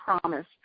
promise